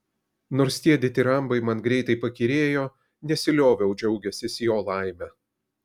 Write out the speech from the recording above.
nors tie ditirambai man greitai pakyrėjo nesilioviau džiaugęsis jo laime